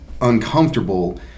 uncomfortable